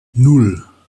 nan